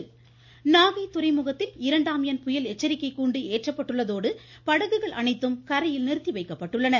நாகை புயல் நாகை துறைமுகத்தில் இரண்டாம் எண் புயல் எச்சரிக்கை கூண்டு ஏற்றப்பட்டுள்ளதோடு படகுகள அனைத்தும் கரையில் நிறுத்திவைக்கப்பட்டுள்ளன